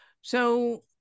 So-